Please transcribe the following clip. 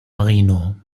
marino